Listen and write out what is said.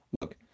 Look